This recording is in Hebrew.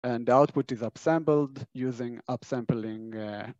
And the output is upsampled using upsampling